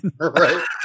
Right